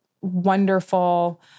wonderful